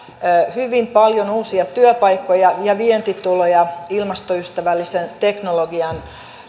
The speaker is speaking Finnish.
hyvin paljon uusia työpaikkoja ja vientituloja ilmastoystävällisen teknologian